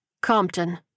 Compton